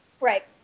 Right